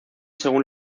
según